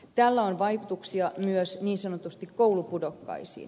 tällä on vaikutuksia myös niin sanottuihin koulupudokkaisiin